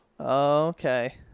Okay